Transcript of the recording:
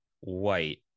White